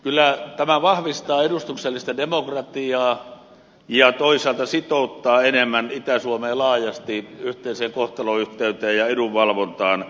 kyllä tämä vahvistaa edustuksellista demokratiaa ja toisaalta sitouttaa enemmän itä suomea laajasti yhteiseen kohtalonyhteyteen ja edunvalvontaan